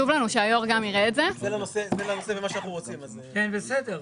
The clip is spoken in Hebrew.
אנחנו מציגים